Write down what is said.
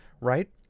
right